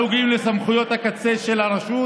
הנוגעים לסמכויות הקצה של הרשות,